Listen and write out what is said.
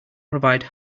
provide